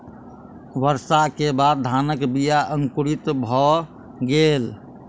वर्षा के बाद धानक बीया अंकुरित भअ गेल